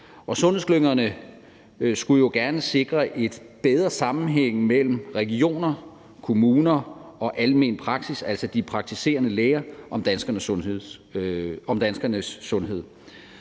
sundhedsklyngerne skulle jo gerne sikre en bedre sammenhæng mellem regioner, kommuner og almen praksis – altså de praktiserende læger – om danskernes sundhed.